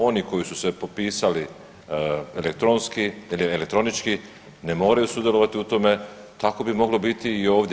Oni koji su se popisali elektronski ili elektronički ne moraju sudjelovati u tome, tako bi moglo biti i ovdje.